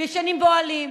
ישנים באוהלים,